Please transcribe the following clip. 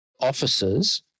officers